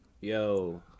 yo